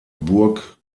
burg